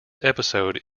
episode